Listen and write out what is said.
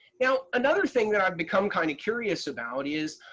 now another thing that i've become kind of curious about is,